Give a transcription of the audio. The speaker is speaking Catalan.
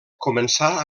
començà